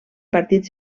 partits